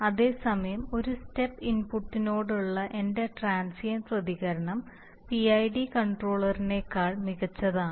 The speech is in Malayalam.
അതേസമയം ഒരു സ്റ്റെപ്പ് ഇൻപുട്ടിനോടുള്ള എന്റെ ട്രാൻസിയൻറ്റ് പ്രതികരണം PID കൺട്രോളറിനേക്കാൾ മികച്ചതാണ്